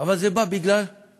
אבל זה בא בגלל מה?